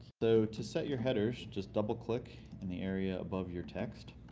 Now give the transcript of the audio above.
though to set your headers, just double-click in the area above your text.